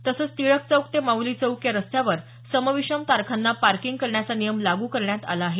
तसंच टिळक चौक ते माऊली चौक या रस्त्यावर सम विषम तारखांना पार्कीग करण्याचा नियम लाग्र करण्यात आला आहे